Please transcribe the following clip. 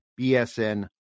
BSN